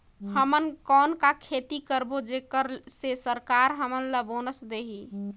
हमन कौन का खेती करबो जेकर से सरकार हमन ला बोनस देही?